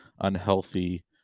unhealthy